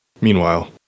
Meanwhile